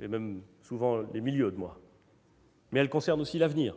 et même souvent les milieux de mois -, mais elle concerne aussi l'avenir,